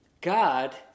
God